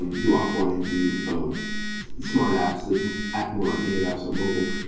and do offline, do smart apps that act more like native apps on mobile.